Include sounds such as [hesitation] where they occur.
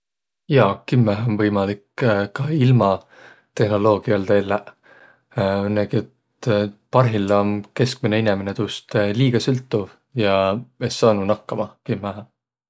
Jaa, kimmähe om võimalik ka ilma tehnoloogialda elläq, [hesitation] õnnõgi et parhilla om keskmäne inemine tuust liiga sõltuv ja es saanuq nakkama kimmähe.